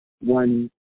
One